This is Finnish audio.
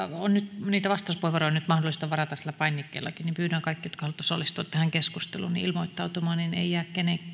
on vastauspuheenvuoroja mahdollista varata sillä painikkeellakin ja pyydän kaikkia jotka haluavat osallistua tähän keskusteluun ilmoittautumaan niin ei jää